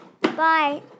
Bye